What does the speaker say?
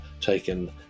taken